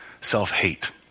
self-hate